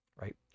right